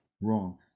wrong